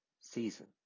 season